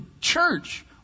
church